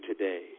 today